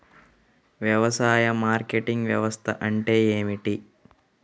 వ్యవసాయ మార్కెటింగ్ వ్యవస్థ అంటే ఏమిటి?